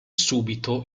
subito